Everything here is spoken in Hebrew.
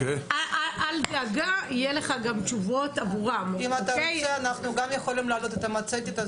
אל דאגה, נאפשר לך גם לענות תשובות.